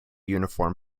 uniform